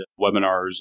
webinars